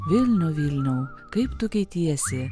vilnių vilniau kaip tu keitiesi